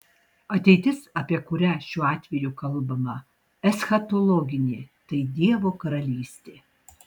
ateitis apie kurią šiuo atveju kalbama eschatologinė tai dievo karalystė